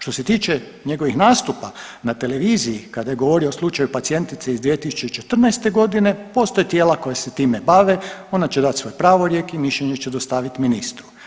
Što se tiče njegovih nastupa na televiziji kada je govorio o slučaju pacijentice iz 2014.g. postoje tijela koja se time bave, ona će dat svoj pravorijek i mišljenje će dostavit ministru.